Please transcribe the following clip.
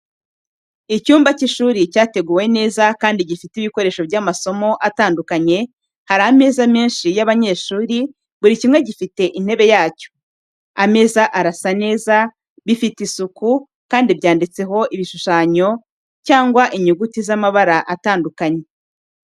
Icyumba cy’ishuri cyateguwe neza kandi gifite ibikoresho by’amasomo. atandukanye hari ameza menshi y’abanyeshuri, buri kimwe gifite intebe yacyo. ameza arasa neza, bifite isuku, kandi byanditseho ibishushanyo cyangwa inyuguti z’amabara atandukanye .